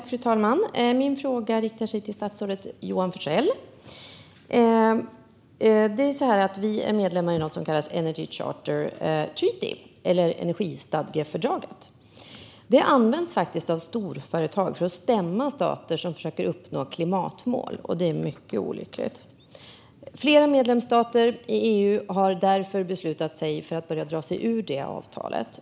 Fru talman! Min fråga riktas till statsrådet Johan Forssell. Vi är medlemmar i något som kallas Energy Charter Treaty, eller energistadgefördraget. Det används faktiskt av storföretag för att stämma stater som försöker uppnå klimatmål. Det är mycket olyckligt. Flera medlemsstater i EU har därför beslutat sig för att börja dra sig ur det avtalet.